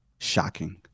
Shocking